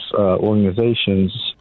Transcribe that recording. organizations